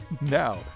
now